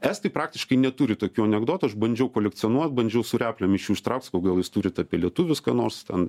estai praktiškai neturi tokių anekdotų aš bandžiau kolekcionuot bandžiau su replėm iš jų ištraukt sakau gal jūs turit apie lietuvius ką nors ten